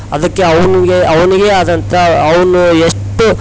ಅದಕ್ಕೆ ಅವನಿಗೆ ಅವನಿಗೆ ಆದಂತ ಅವನು ಎಷ್ಟು